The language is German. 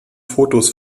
fotos